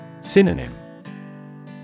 Synonym